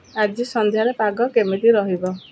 ଆଜି ସନ୍ଧ୍ୟାରେ ପାଗ କେମିତି ରହିବ